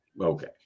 Okay